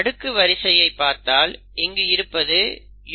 அடுக்கு வரிசையை பார்த்தால் இங்கு இருப்பது UCC